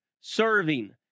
serving